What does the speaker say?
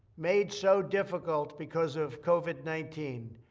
made so difficult because of covid nineteen,